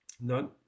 None